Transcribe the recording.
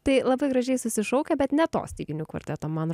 tai labai gražiai susišaukia bet ne to styginių kvarteto man